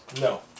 No